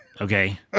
okay